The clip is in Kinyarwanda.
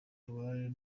rwari